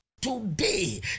today